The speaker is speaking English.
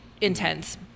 intense